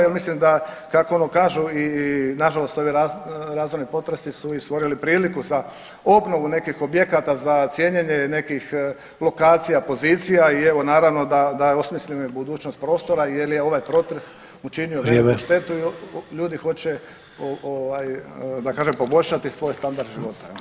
Jer mislim da kako ono kažu i na žalost i ovi razorni potresi su i stvorili priliku za obnovu nekih objekata, za cijenjene nekih lokacija, pozicija i evo naravno da je osmišljena i budućnost prostora jer je ovaj potres učinio [[Upadica Sanader: Vrijeme.]] veliku štetu i ljudi hoće da kažem poboljšati svoj standard života.